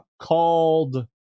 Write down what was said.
called